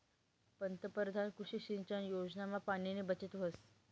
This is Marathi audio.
पंतपरधान कृषी सिंचन योजनामा पाणीनी बचत व्हस